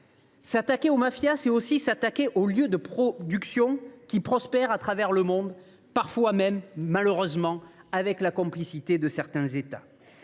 S’attaquer aux mafias, c’est aussi s’attaquer aux lieux de production qui prospèrent à travers le monde, parfois même, malheureusement, avec la complicité de certains États.